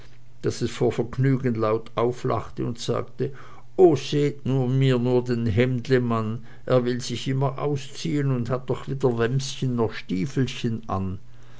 daß es vor vergnügen laut auflachte und rief o seht mir den hemdlemann er will sich immer ausziehen und hat doch weder wämschen noch stiefelchen an